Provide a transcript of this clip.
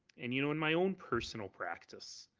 and you know in my own personal practice,